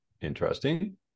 Interesting